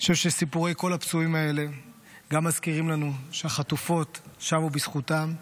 אני חושב שסיפורי כל הפצועים האלה גם מזכירים לנו שהחטופות שבו בזכותם,